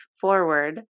forward